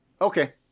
Okay